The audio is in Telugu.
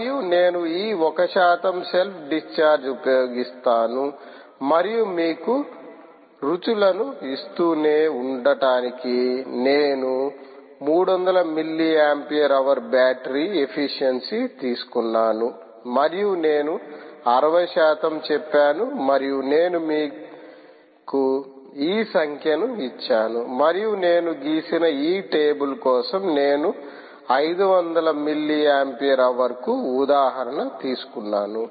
మరియు నేను ఈ 1 శాతం సెల్ఫ్ డిశ్చార్జ్ ఉపయోగిస్తాను మరియు మీకు రుచులను ఇస్తూనే ఉండటానికి నేను 300 మిల్లీ ఆంపియర్ హవర్ తో బ్యాటరీ ఎఫిషియన్సీ తీసుకున్నాను మరియు నేను 60 శాతం చెప్పాను మరియు నేను మీకు ఈ సంఖ్యను ఇచ్చాను మరియు నేను గీసిన ఈ టేబుల్ కోసం నేను 500 మిల్లీ ఆంపియర్ హవర్ కు ఉదాహరణ తీసుకున్నాను